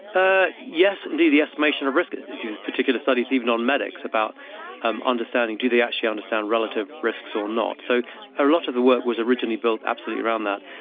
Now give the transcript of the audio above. ah yes indeed, the estimation of risk, they do particular studies even on medics about um understanding do they actually understand relative risks or not. so a lot of the work was originally built absolutely around that.